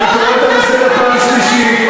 אני קורא אותך לסדר פעם שלישית.